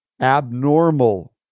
abnormal